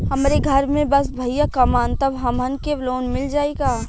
हमरे घर में बस भईया कमान तब हमहन के लोन मिल जाई का?